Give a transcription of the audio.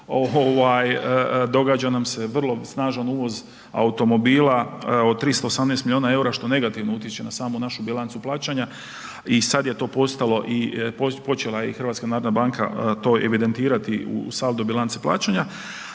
događa nam se vrlo snažan uvoz automobila od 318 miliona EUR-a što negativno utječe na samu našu bilancu plaćanja i sad je to postalo i počela je i HNB to evidentirati u saldo bilance plaćanja,